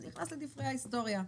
זה נכנס לדברי ההיסטוריה.